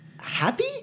happy